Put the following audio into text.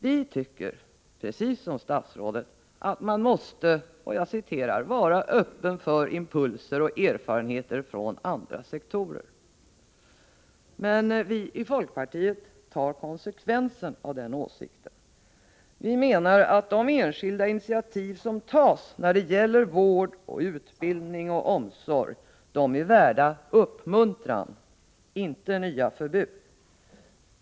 Vi tycker, precis som statsrådet, att man måste ”vara öppen för impulser och erfarenheter från andra sektorer”. Men vi i folkpartiet tar konsekvensen av den åsikten. Vi menar att de enskilda initiativ som tas när det gäller vård, utbildning och omsorg är värda uppmuntran, inte nya förbud.